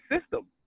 system